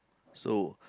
so